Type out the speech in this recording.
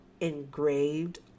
engraved